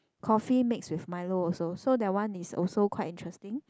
coffee mixed with Milo also so that one is also quite interesting